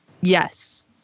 yes